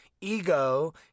ego